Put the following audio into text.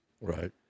Right